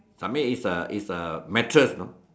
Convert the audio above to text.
submit is a is a mattress you know